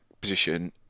position